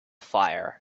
fire